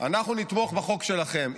אנחנו נתמוך בחוק שלכם.